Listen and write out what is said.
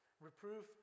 Reproof